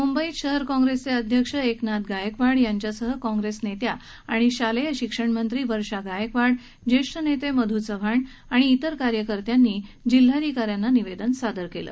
मुंबईत शहर काँग्रेसचे अध्यक्ष एकनाथ गायकवाड यांच्यासह काँग्रेस नेत्या आणि शालेय शिक्षणमंत्री वर्षा गायकवाड ज्येष्ठ नेते मधू चव्हाण आणि त्र कार्यकर्त्यांनी श्वेन दरवाढी विरोधात जिल्हाधिकाऱ्यांना निवेदन सादर केलं